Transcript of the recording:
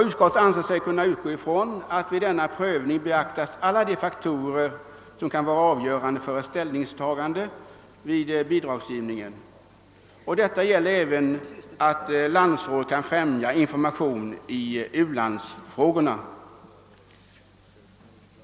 Utskottet anser sig kunna utgå från att vid denna prövning kommer att beaktas alla de faktorer som kan vara avgörande för ett ställningstagande vid bidragsgivningen, även den omständigheten att landsrådet kan främja information i ulandsfrågorna.